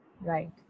Right